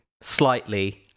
slightly